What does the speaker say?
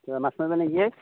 কিয় মাছ মাৰিবা নেকি